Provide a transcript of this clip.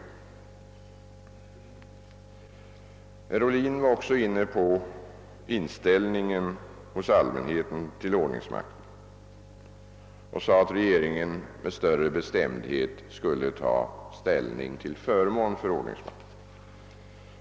Herr Ohlin berörde också frågan om allmänhetens inställning till ordningsmakten och ansåg att regeringen med större bestämdhet skulle ta ställning till förmån för ordningsmakten.